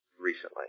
recently